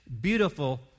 beautiful